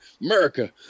America